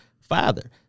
father